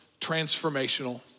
transformational